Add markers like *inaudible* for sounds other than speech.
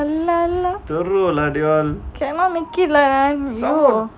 *noise* cannot make it lah !aiyo!